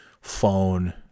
phone